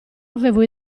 avevo